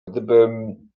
gdybym